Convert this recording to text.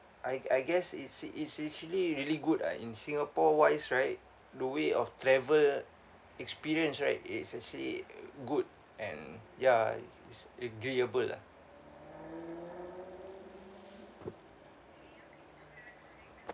I I guess it's it's actually really good ah in singapore-wise right the way of travel experience right it's actually good and ya it's agreeable lah